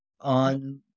on